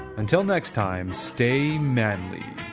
until next time, stay manly